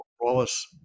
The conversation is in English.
Wallace